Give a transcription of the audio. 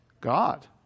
God